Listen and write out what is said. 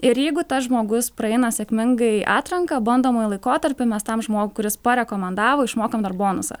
ir jeigu tas žmogus praeina sėkmingai atranką bandomąjį laikotarpį mes tam žmogui kuris parekomendavo išmokam dar bonusą